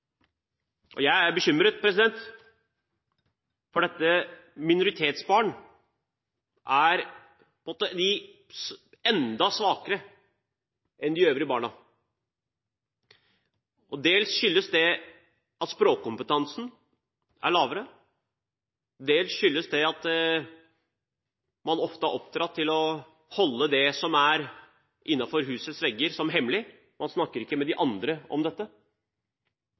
bekymret fordi minoritetsbarn på en måte er enda svakere enn de øvrige barna. Dels skyldes det at språkkompetansen er lavere, dels skyldes det at man ofte er oppdratt til å holde det som er innenfor husets vegger, hemmelig. Man snakker ikke med andre om dette.